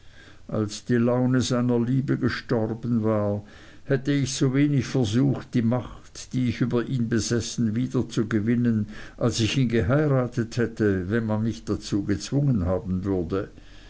als die laune seiner liebe gestorben war hätte ich so wenig versucht die macht die ich über ihn besessen wiederzugewinnen als ich ihn geheiratet hätte und wenn man mich dazu gezwungen haben würde